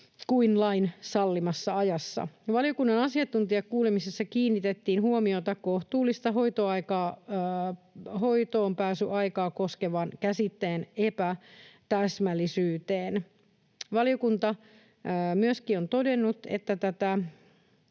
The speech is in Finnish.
kuin lain sallimassa ajassa. Valiokunnan asiantuntijakuulemisissa kiinnitettiin huomiota kohtuullista hoitoonpääsyaikaa koskevan käsitteen epätäsmällisyyteen. Valiokunta myöskin on todennut, että